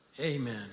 Amen